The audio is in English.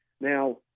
Now